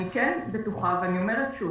אני כן בטוחה ואני אומרת שוב,